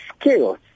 skills